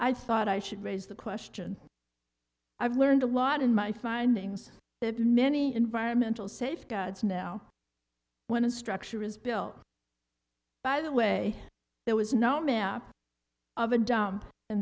i thought i should raise the question i've learned a lot in my findings that many environmental safeguards now when a structure is built by the way there was no manner of a dump in